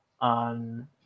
on